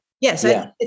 Yes